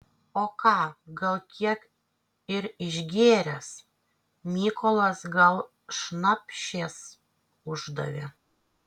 o ką gal kiek ir išgėręs mykolas gal šnapšės uždavė